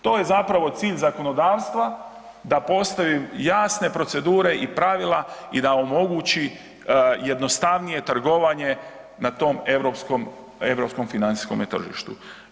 To je zapravo cilj zakonodavstva da postaju jasne procedure i pravila i da omogući jednostavnije trgovanje na tom europskom, europskom financijskome tržištu.